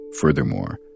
Furthermore